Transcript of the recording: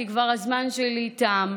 כי הזמן שלי כבר תם,